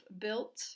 built